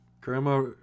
grandma